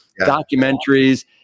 documentaries